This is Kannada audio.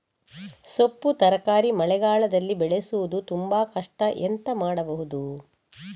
ಸೊಪ್ಪು ತರಕಾರಿ ಮಳೆಗಾಲದಲ್ಲಿ ಬೆಳೆಸುವುದು ತುಂಬಾ ಕಷ್ಟ ಎಂತ ಮಾಡಬಹುದು?